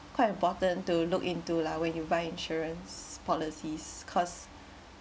quite important to look into lah when you buy insurance policies cause